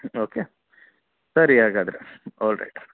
okay ಸರಿ ಹಾಗಾದರೆ all right